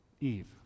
Eve